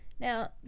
Now